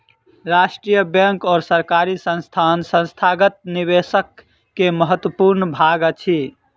राष्ट्रीय बैंक और सरकारी संस्थान संस्थागत निवेशक के महत्वपूर्ण भाग अछि